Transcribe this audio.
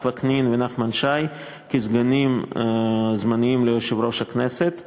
וקנין ונחמן שי לסגנים זמניים ליושב-ראש הכנסת.